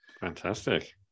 Fantastic